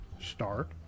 start